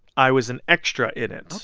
i was an extra in it,